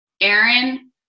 Aaron